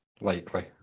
Likely